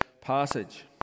passage